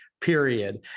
period